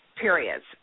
periods